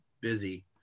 busy